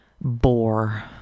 bore